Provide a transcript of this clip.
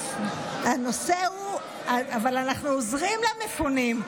הנושא הוא, אבל אנחנו עוזרים למפונים.